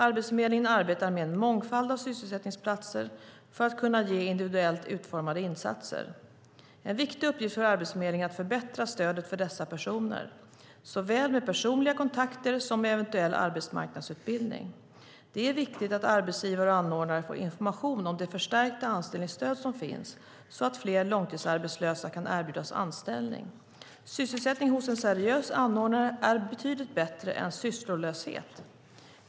Arbetsförmedlingen arbetar med en mångfald av sysselsättningsplatser för att kunna ge individuellt utformade insatser. En viktig uppgift för Arbetsförmedlingen är att förbättra stödet för dessa personer såväl med personliga kontakter som med eventuell arbetsmarknadsutbildning. Det är viktigt att arbetsgivare och anordnare får information om det förstärkta anställningsstöd som finns så att fler långtidsarbetslösa kan erbjudas anställning. Sysselsättning hos en seriös anordnare är betydligt bättre än sysslolöshet.